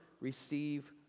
receive